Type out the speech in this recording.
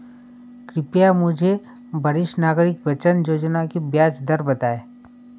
कृपया मुझे वरिष्ठ नागरिक बचत योजना की ब्याज दर बताएं?